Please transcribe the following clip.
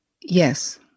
yes